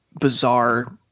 bizarre